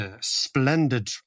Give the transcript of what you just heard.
splendid